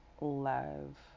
love